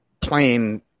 playing